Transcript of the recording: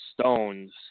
stones